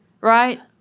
Right